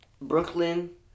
Brooklyn